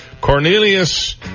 Cornelius